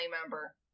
member